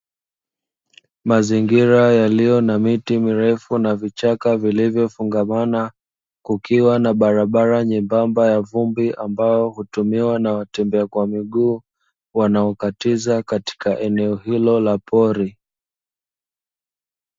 Mazingira yaliyo na miti mirefu na vichaka vilivyovungamana, kukiwa na barabara nyembamba ya vumbi ambayo hutumiwa na watembea kwa miguu wanaokatiza katika eneo hilo la pori.